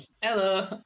Hello